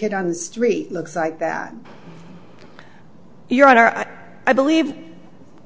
down the street looks like that you're on our i believe